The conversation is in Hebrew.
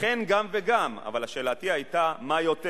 אכן "גם וגם", אבל שאלתי היתה מה יותר.